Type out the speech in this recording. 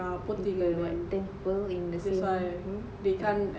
about ten people in the same hmm